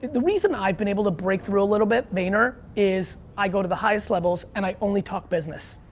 the reason i've been able to break through a little bit, vayner, is i go to the highest levels and i only talk business.